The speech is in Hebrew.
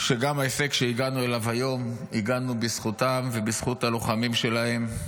שגם להישג שהגענו אליו היום הגענו בזכותם ובזכות הלוחמים שלהם.